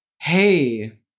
Hey